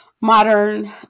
modern